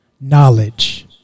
knowledge